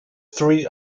three